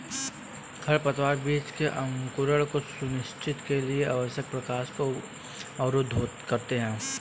खरपतवार बीज के अंकुरण को सुनिश्चित के लिए आवश्यक प्रकाश को अवरुद्ध करते है